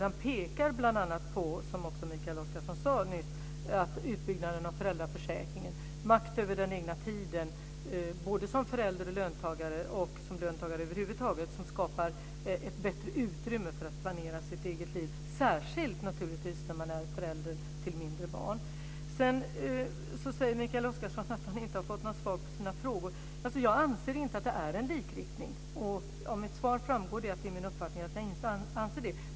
Han pekar bl.a. på - som Mikael Oscarsson sade nyss - utbyggnaden av föräldraförsäkringen, makt över den egna tiden, både som förälder och löntagare och som löntagare över huvud taget, att skapa bättre utrymme för sitt eget planerade liv - särskilt när man är förälder till mindre barn. Mikael Oscarsson säger att han inte har fått något svar på sina frågor. Jag anser inte att det är fråga om likriktning. Av mitt tidigare svar framgår att jag inte anser det.